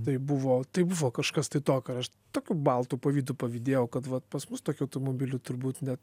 tai buvo tai buvo kažkas tai tokio ir aš tokiu baltu pavydu pavydėjau kad vat pas mus tokių automobilių turbūt net